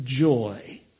joy